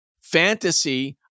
fantasy